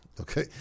Okay